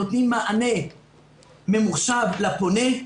ממוחשבת ונותנים מענה ממוחשב לפונה.